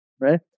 right